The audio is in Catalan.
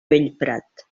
bellprat